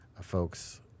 folks